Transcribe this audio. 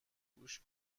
گوش